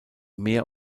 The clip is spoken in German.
mehr